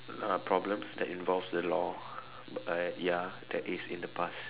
uh problems that involves the law err ya that is in the past